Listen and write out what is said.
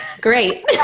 Great